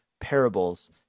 parables